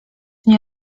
nie